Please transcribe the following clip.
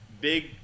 big